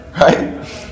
Right